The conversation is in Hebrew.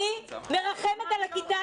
אני מרחמת על הכיתה,